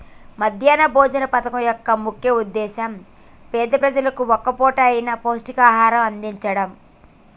మధ్యాహ్న భోజన పథకం యొక్క ముఖ్య ఉద్దేశ్యం పేద పిల్లలకు ఒక్క పూట అయిన పౌష్టికాహారం అందిచడం